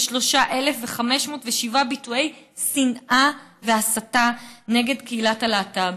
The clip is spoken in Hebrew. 133,507 ביטויי שנאה והסתה נגד קהילת הלהט"ב.